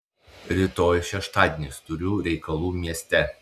rytoj šeštadienis turiu reikalų mieste